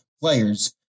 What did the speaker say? players